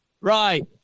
Right